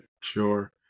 Sure